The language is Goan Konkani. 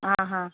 आं हां